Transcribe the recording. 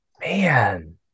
Man